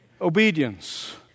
Obedience